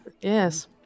Yes